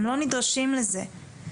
הם לא נדרשים לזה.